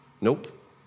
Nope